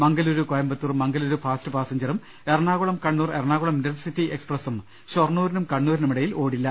Mangaluru Coimbatore Mangaluru fast പാസഞ്ചറും Ernakulam Kannur Ernakulam intercity എക്സ്പ്രസും ഷൊർണ്ണൂരിനും കണ്ണൂരിനുമിടയിൽ ഓടി ല്ല